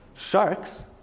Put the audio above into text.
Sharks